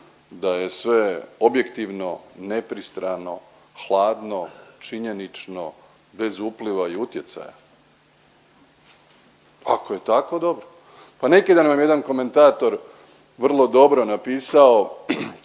da je sve objektivno, nepristrano, hladno, činjenično bez upliva i utjecaja? Ako je tako dobro. Pa neki dan vam je jedan komentator vrlo dobro napisao